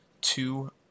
two